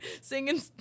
singing